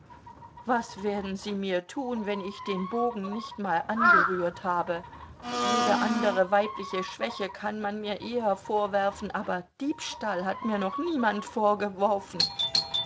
was werden sie mir tun wenn ich den bogen nicht mal angerührt habe jede andere weibliche schwäche kann man mir eher vorwerfen aber diebstahl hat mir noch niemand vorgeworfen